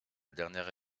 dernière